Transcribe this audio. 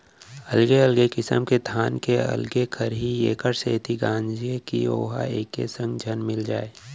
अलगे अलगे किसम के धान के अलगे खरही एकर सेती गांजथें कि वोहर एके संग झन मिल जाय